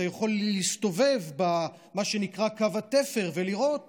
אתה יכול להסתובב במה שנקרא קו התפר ולראות